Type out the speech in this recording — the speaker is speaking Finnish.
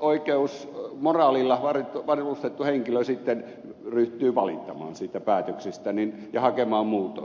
oikeusmoraalilla varustettu henkilö sitten ryhtyy valittamaan niistä päätöksistä ja hakemaan muutosta